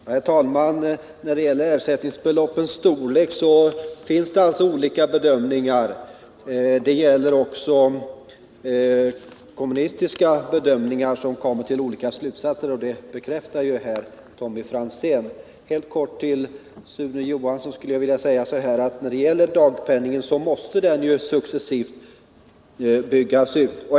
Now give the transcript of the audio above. Herr talman! När det gäller ersättningsbeloppens storlek finns det olika bedömningar. Också kommunistiska bedömningar har lett till olika slutsatser, och det bekräftar nu Tommy Franzén. Helt kort vill jag säga till Sune Johansson att dagpenningen måste successivt byggas ut.